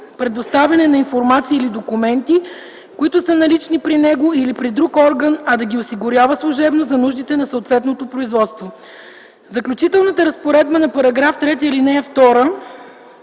предоставяне на информация или документи, които са налични при него или при друг орган, а да ги осигурява служебно за нуждите на съответното производство. Заключителната разпоредба на § 3, ал. 2